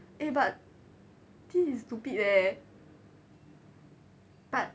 eh but this is stupid leh but